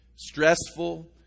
stressful